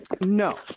No